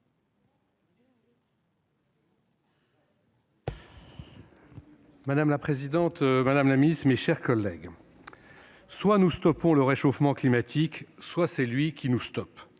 Madame la présidente, madame la secrétaire d'État, mes chers collègues, « Soit nous stoppons le réchauffement climatique, soit c'est lui qui nous stoppe.